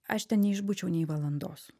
aš ten neišbūčiau nei valandos